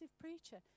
preacher